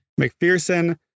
McPherson